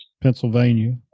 Pennsylvania